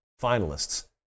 finalists